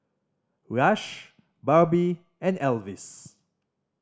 Rush Barbie and Alvis